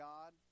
God